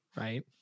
right